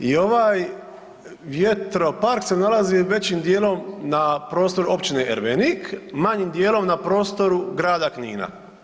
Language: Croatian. I ovaj vjetropark se nalazi većim dijelom na prostoru Općine Ervenik, manjim dijelom na prostoru Grada Knina.